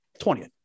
20th